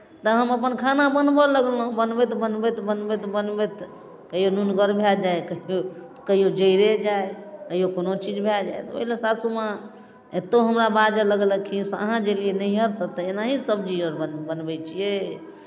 तऽ हम अपन खाना बनबय लगलहुँ बनबैत बनबैत बनबैत बनबैत कहिओ नोनगर भए जाय कहिओ कहिओ जरिए जाय कहिओ कोनो चीज भए जाय तऽ ओहि लेल सासूमाँ एतय हमरा बाजय लगलखिन अहाँ जे एलियै नैहरसँ एनाहे सब्जीआर बन बनबै छियै